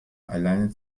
alleine